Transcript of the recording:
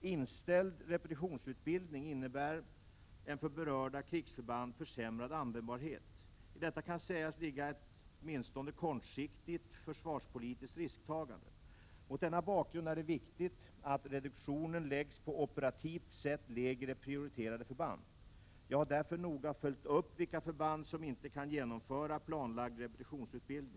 Inställd repetitionsutbildning innebär en för berörda krigsförband försämrad användbarhet. I detta kan sägas ligga ett åtminstone kortsiktigt försvarspolitiskt risktagande. Mot denna bakgrund är det viktigt att reduktionen läggs på operativt sett lägre prioriterade förband. Jag har därför noga följt upp vilka förband som inte kan genomföra planlagd repetitionsutbildning.